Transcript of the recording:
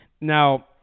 Now